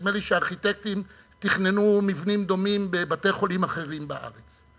נדמה לי שארכיטקטים תכננו מבנים דומים בבתי-חולים אחרים בארץ.